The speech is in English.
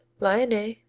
lyonnais,